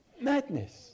madness